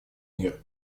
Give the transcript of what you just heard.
мир